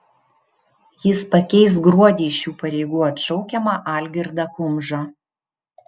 jis pakeis gruodį iš šių pareigų atšaukiamą algirdą kumžą